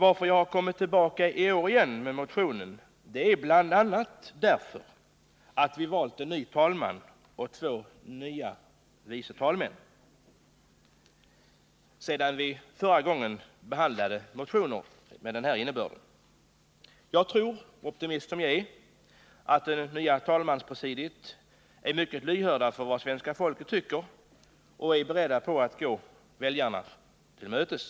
Att jag kommit tillbaka i år igen med motionen beror bl.a. på att vi valten Nr 121 ny talman och två nya vice talmän sedan vi förra gången behandlade Onsdagen den motioner av denna innebörd. Jag tror, optimist som jag är, att det nya 16 april 1980 talmanspresidiet är mycket lyhört för vad svenska folket tycker och är berett att gå väljarna till mötes.